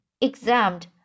examined